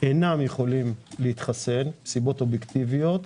אינם יכולים להתחסן, סיבות אובייקטיביות,